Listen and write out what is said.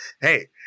hey